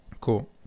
Cool